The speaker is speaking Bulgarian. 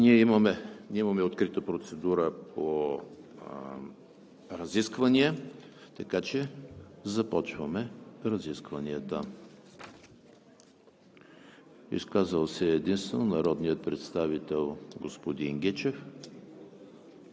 Да, имаме открита процедура по разисквания, така че започваме разискванията. Изказал се е единствено народният представител господин Гечев.